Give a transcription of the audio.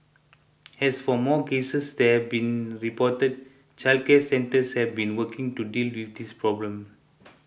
as for more cases they have been reported childcare centres have been working to deal with this problem